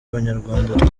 abanyarwanda